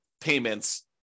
payments